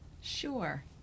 Sure